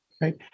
right